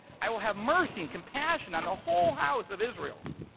i will have mercy and compassion on the whole house of israel.